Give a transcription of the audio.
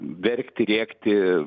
verkti rėkti